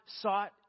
sought